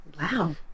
Wow